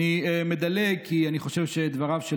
אדוני היושב-ראש,